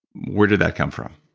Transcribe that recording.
where did that come from?